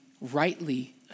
rightly